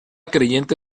creyente